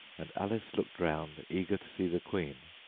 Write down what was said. and alice looked round, eager to see the queen.